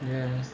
yeah